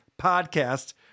podcast